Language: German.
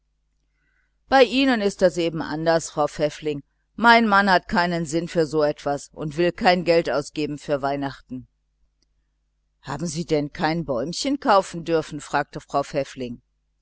bei ihnen ist das eben anders frau pfäffling mein mann hat keinen sinn für so etwas und will kein geld ausgeben für weihnachten haben sie kein bäumchen kaufen dürfen fragte frau pfäffling